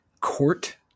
court